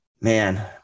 Man